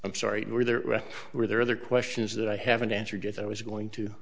i'm sorry were there were there other questions that i haven't answered it i was going to